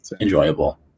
enjoyable